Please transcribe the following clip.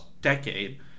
decade